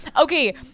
Okay